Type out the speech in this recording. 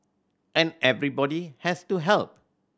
and everybody has to help